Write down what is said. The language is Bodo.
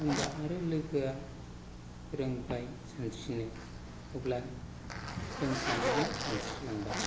होनबा आरो लोगोआ रोंबाय सानस्रिनो अब्ला जों सानैजों सानस्रिलांबाय